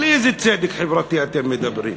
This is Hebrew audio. על איזה צדק חברתי אתם מדברים?